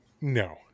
no